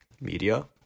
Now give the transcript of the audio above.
media